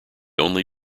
only